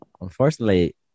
unfortunately